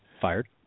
Fired